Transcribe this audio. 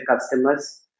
customers